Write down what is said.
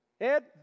Ed